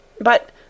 But